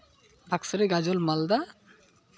ᱜᱟᱡᱚᱞ ᱢᱟᱞᱫᱟ